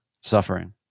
suffering